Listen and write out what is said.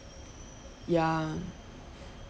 yeah